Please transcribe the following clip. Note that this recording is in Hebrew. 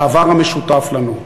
והעבר המשותף לנו.